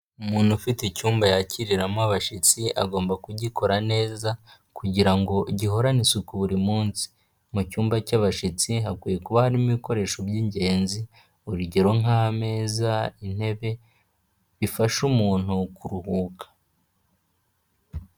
Umuntu ufite icyumba yakiriramo abashyitsi agomba kugikora neza kugira ngo gihorane isuku buri munsi, mu cyumba cy'abashyitsi hakwiye kuba harimo ibikoresho by'ingenzi, urugero nk'ameza, intebe ifasha umuntu kuruhuka.